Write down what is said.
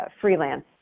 freelance